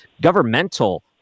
governmental